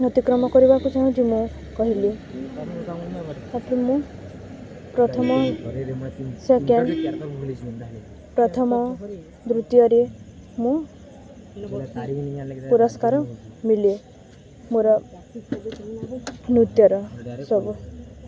ନୃତ୍ୟକ୍ରମ କରିବାକୁ ଚାହୁଁଛି ମୁଁ କହିଲି ତାପରେ ମୁଁ ପ୍ରଥମ ସେକେଣ୍ଡ ପ୍ରଥମ ଦୃତୀୟରେ ମୁଁ ପୁରସ୍କାର ମିଳେ ମୋର ନୃତ୍ୟର ସବୁ